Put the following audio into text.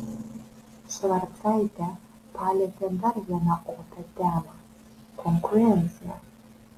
švarcaitė palietė dar vieną opią temą konkurenciją